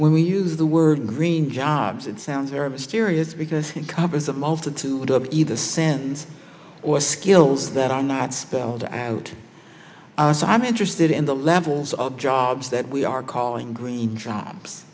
when we use the word green jobs it sounds very mysterious because it covers a multitude of either sins or skills that are not spelled out so i'm interested in the levels of jobs that we are calling green jobs